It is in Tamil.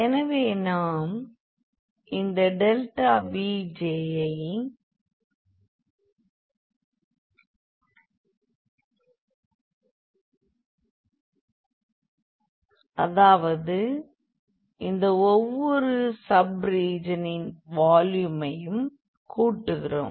எனவே நாம் இந்த Vjஐ அதாவது இந்த ஒவ்வொரு சப் ரீஜனின் வால்யூமையும் கூட்டுகிறோம்